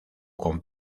con